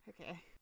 okay